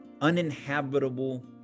uninhabitable